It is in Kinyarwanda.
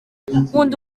nkunda